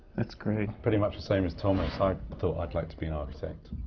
that's great. pretty much the same as thomas. i thought i'd like to be an architect,